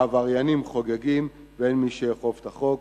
העבריינים חוגגים ואין מי שיאכוף את החוק.